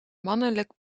mannelijk